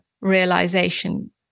realization